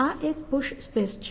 આ એક push space છે